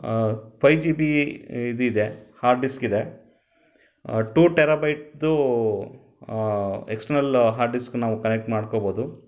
five G B ಇದು ಇದೆ hard disk ಇದೆ ಟೂ ಟೆರ್ರಾಬೈಟ್ದು ಎಕ್ಸ್ಟರ್ನಲ್ ಹಾರ್ಡ್ ಡಿಸ್ಕ್ ನಾವು ಕನೆಕ್ಟ್ ಮಾಡ್ಕೋಬೋದು